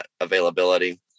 Availability